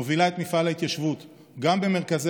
מובילה את מפעל ההתיישבות גם במרכזי